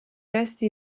resti